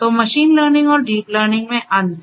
तो machine learning और deep learning में अंतर